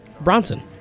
Bronson